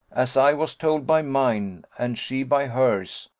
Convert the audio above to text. as i was told by mine, and she by hers,